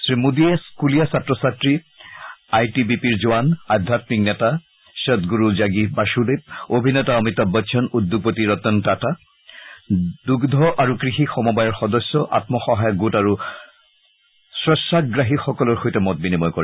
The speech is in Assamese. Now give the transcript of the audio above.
শ্ৰী মোদীয়ে স্থুলীয়া ছাত্ৰ ছাত্ৰী আই টি বি পিৰ জোৱান আধ্যাম্মিক নেতা সদণ্ডৰু জাগি বাসুদেৱ অভিনেতা অমিতাভ বচ্চন উদ্যোগপতি ৰতন টাটা দুঙ্ধ আৰু কৃষি সমবায়ৰ সদস্য আত্মসহায়ক গোট আৰু স্ক্ছাগ্ৰাহীসকলৰ সৈতে মত বিনিময় কৰে